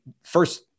first